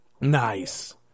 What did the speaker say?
Nice